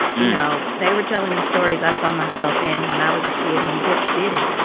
you know, they were telling the stories i saw myself in when i was a kid when books didn't.